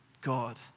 God